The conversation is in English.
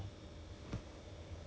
ah